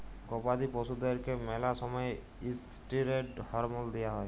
গবাদি পশুদ্যারকে ম্যালা সময়ে ইসটিরেড হরমল দিঁয়া হয়